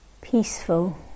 peaceful